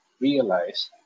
realize